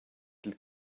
dil